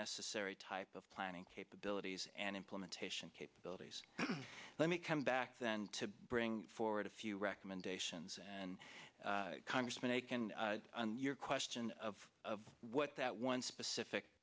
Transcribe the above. necessary type of planning capabilities and implementation capabilities let me come back then to bring forward a few recommendations and congressman akin on your question of what that one specific